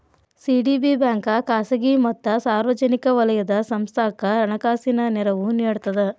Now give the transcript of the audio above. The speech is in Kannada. ಸಿ.ಡಿ.ಬಿ ಬ್ಯಾಂಕ ಖಾಸಗಿ ಮತ್ತ ಸಾರ್ವಜನಿಕ ವಲಯದ ಸಂಸ್ಥಾಕ್ಕ ಹಣಕಾಸಿನ ನೆರವು ನೇಡ್ತದ